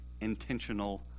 intentional